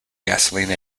gasoline